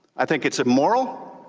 i think it's immoral,